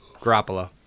Garoppolo